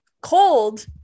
cold